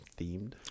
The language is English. themed